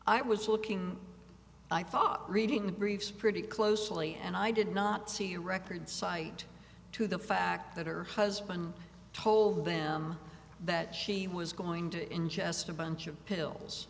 i was looking i thought reading the briefs pretty closely and i did not see records cite to the fact that her husband told them that she was going to ingest a bunch of pills